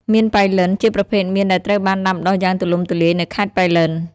មៀនប៉ៃលិន ជាប្រភេទមៀនដែលត្រូវបានដាំដុះយ៉ាងទូលំទូលាយនៅខេត្តប៉ៃលិន។